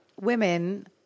women